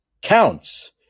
counts